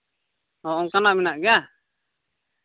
ᱦᱮᱸ ᱚᱱᱠᱟᱱᱟᱜ ᱢᱮᱱᱟᱜ ᱜᱮᱭᱟ